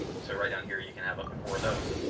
um so right down here you can have up to four of those.